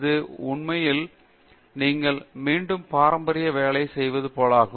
இது உண்மையில் நீங்கள் மீண்டும் பாரம்பரிய வேலை செய்வது போலாகும்